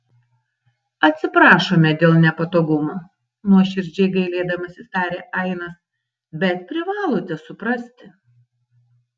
atsiprašome dėl nepatogumų nuoširdžiai gailėdamasis tarė ainas bet privalote suprasti